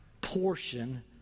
portion